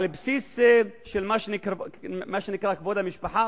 על בסיס של מה שנקרא "כבוד המשפחה",